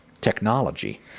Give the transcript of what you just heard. technology